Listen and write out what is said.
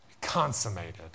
Consummated